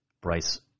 Bryce